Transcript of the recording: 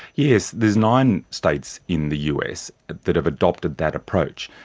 yes. there's nine states in the us that have adopted that approach.